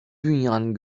dünyanın